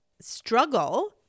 struggle